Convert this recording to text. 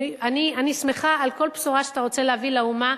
אני שמחה על כל בשורה שאתה רוצה להביא לאומה,